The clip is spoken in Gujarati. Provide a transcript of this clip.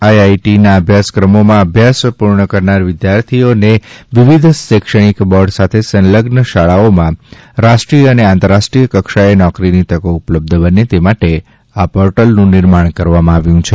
આઈઆઈટીઈના અભ્યાસક્રમોમાં અભ્યાસ પૂર્ણ કરનારા વિદ્યાર્થીઓને વિવિધ શૈક્ષણિક બોર્ડ સાથે સંલગ્ન શાળાઓમાં રાષ્ટ્રીય અને આંતરરાષ્ટ્રીય કક્ષાએ નોકરીની તકો ઉપલબ્ધ બને તે માટે આ પોર્ટલનું નિર્માણ કરવામાં આવ્યું છે